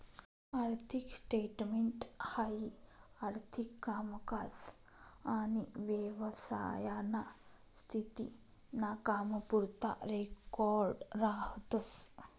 आर्थिक स्टेटमेंट हाई आर्थिक कामकाज आनी व्यवसायाना स्थिती ना कामपुरता रेकॉर्ड राहतस